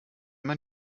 man